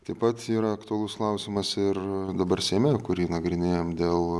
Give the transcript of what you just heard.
taip pat yra aktualus klausimas ir dabar seime kurį nagrinėjam dėl